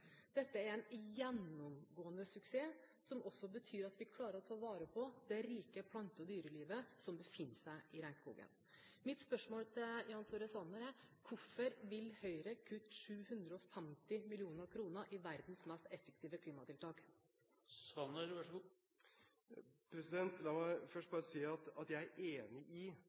Dette er en gjennomgående suksess som også betyr at vi klarer å ta vare på det rike plante- og dyrelivet som befinner seg i regnskogen. Mitt spørsmål til Jan Tore Sanner er: Hvorfor vil Høyre kutte 750 mill. kr i verdens mest effektive klimatiltak? La meg først si at jeg er enig i